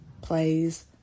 plays